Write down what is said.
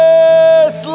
Yes